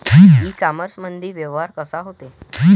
इ कामर्समंदी व्यवहार कसा होते?